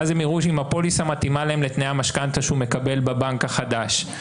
ואז הם יראו אם הפוליסה מתאימה להם לתנאי המשכנתה שהוא מקבל בבנק החדש.